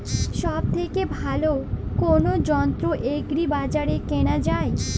সব থেকে ভালো কোনো যন্ত্র এগ্রি বাজারে কেনা যায়?